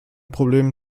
problem